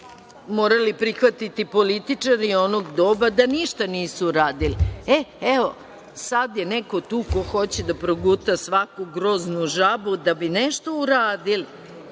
morali prihvatili ipak političari onog doba da ništa nisu uradili. Evo, sad je neko tu ko hoće da proguta svaku groznu žabu da bi nešto uradili,